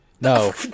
No